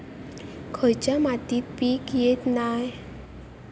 खयच्या मातीत पीक येत नाय?